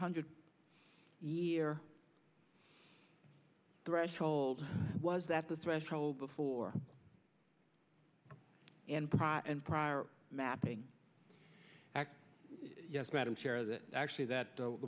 hundred year threshold was that the threshold before and prior and prior mapping act yes madam chair that actually that the